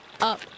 up